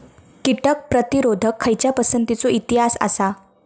कीटक प्रतिरोधक खयच्या पसंतीचो इतिहास आसा?